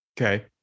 Okay